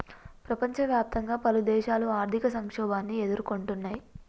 ప్రపంచవ్యాప్తంగా పలుదేశాలు ఆర్థిక సంక్షోభాన్ని ఎదుర్కొంటున్నయ్